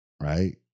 Right